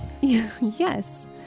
Yes